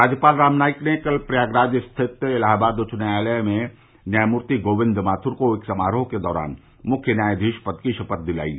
राज्यपाल राम नाईक ने कल प्रयागराज स्थित इलाहाबाद उच्च न्यायालय में न्यायमूर्ति गोविन्द माथुर को एक समारोह के दौरान मुख्य न्यायादीश पद की शपथ दिलायी